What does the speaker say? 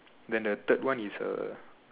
then the third one is a